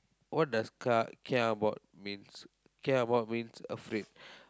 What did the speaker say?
what does ki~ kia about means kia about means afraid